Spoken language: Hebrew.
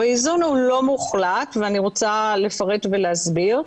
האיזון הוא לא מוחלט, ואני רוצה לפרט ולהסביר.